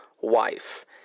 wife